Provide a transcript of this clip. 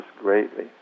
greatly